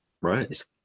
right